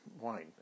wine